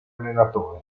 allenatore